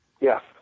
Yes